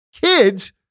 kids